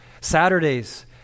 Saturdays